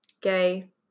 gay